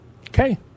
Okay